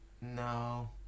no